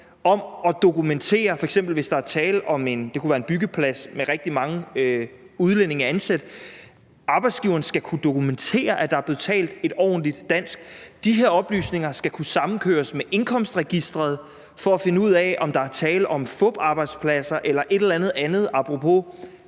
om at dokumentere – f.eks. kunne der være tale om en byggeplads med rigtig mange udlændinge ansat – at der bliver talt et ordentligt dansk. De her oplysninger skal kunne samkøres med indkomstregisteret, så man kan finde ud af, om der er tale om fuparbejdspladser eller et eller andet andet apropos